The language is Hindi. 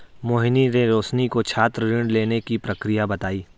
मोहिनी ने रोशनी को छात्र ऋण लेने की प्रक्रिया बताई